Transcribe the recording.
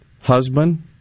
husband